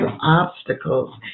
obstacles